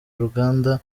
uruganda